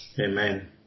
Amen